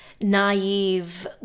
naive